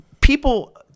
people